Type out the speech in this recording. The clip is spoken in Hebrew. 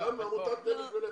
גם עמותת נפש בנפש,